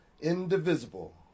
indivisible